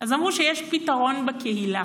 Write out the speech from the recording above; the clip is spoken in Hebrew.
אז אמרו שיש פתרון בקהילה,